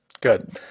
Good